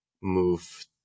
move